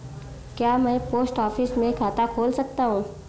क्या मैं post office में खाता खोल सकता हूँ?